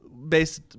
Based